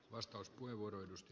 arvoisa puhemies